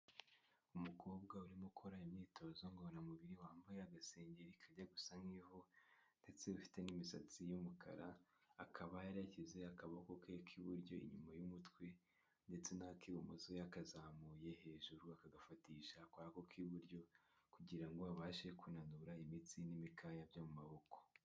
Umukobwa urimo ukora imyitozo ngororamubiri wambaye agasengeri kajya gusa nk'ivu ndetse afite n'imisatsi y'umukara akaba yari yashyize akaboko ke k'iburyo inyuma y'umutwe ndetse nak'ibumoso yakazamuye hejuru akagafatisha akaboko k'iburyo kugira ngo abashe kunanura imitsi n'imikaya byo mu maboko.